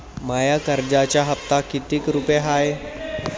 माया कर्जाचा हप्ता कितीक रुपये हाय?